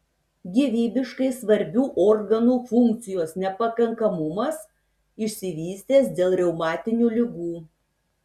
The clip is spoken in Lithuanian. gyvybiškai svarbių organų funkcijos nepakankamumas išsivystęs dėl reumatinių ligų